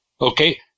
Okay